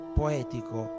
poetico